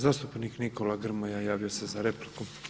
Zastupnik Nikola Grmoja javio se za repliku.